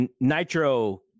Nitro